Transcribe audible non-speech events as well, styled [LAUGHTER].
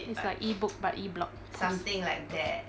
it's like e-book but e-blog post [NOISE]